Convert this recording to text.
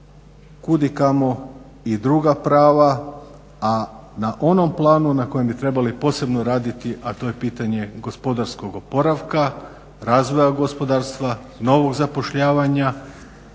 kudikamo druga prava, a na onom planu na kojem bi trebali posebno raditi, a to je pitanje gospodarskog oporavka, razvoja gospodarstva, novog zapošljavanja